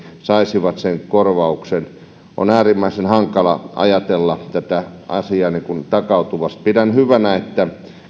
saisivat sen korvauksen on äärimmäisen hankala ajatella tätä asiaa takautuvasti pidän hyvänä että